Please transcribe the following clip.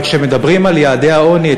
אבל כשמדברים על יעדי העוני,